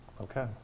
Okay